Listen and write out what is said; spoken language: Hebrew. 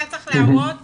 אתה צריך להראות